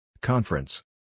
Conference